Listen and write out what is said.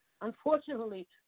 unfortunately